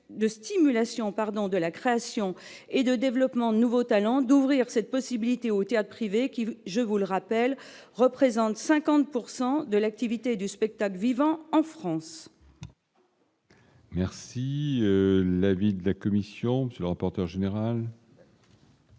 de la création et de développement nouveaux talents d'ouvrir cette possibilité OTA privé qui je vous le rappelle représente 50 pourcent de l'activité du spectacle vivant en France. Merci l'avis de la commission, le rapporteur général.